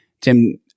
Tim